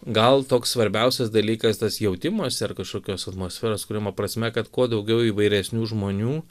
gal toks svarbiausias dalykas tas jautimosi ar kažkokios atmosferos kūrimo prasme kad kuo daugiau įvairesnių žmonių